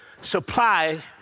supply